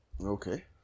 Okay